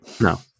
No